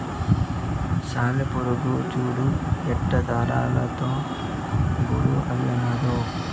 సాలెపురుగు చూడు ఎట్టా దారాలతో గూడు అల్లినాదో